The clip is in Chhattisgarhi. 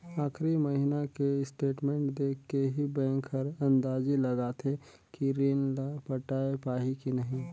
आखरी महिना के स्टेटमेंट देख के ही बैंक हर अंदाजी लगाथे कि रीन ल पटाय पाही की नही